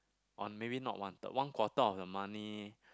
on maybe not one third one quarter of the money